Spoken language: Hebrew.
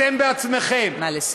אתם עצמכם, נא לסיים.